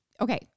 okay